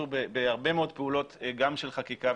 בהרבה מאוד פעולות גם של חקיקה,